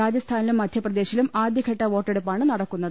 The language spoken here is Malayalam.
രാജസ്ഥാനിലും മധ്യപ്രദേശിലും ആദ്യഘട്ട വോട്ടെടുപ്പാണ് നടക്കുന്നത്